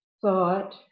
thought